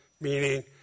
meaning